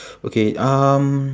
okay um